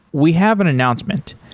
we have an announcement.